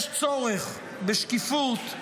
יש צורך בשקיפות,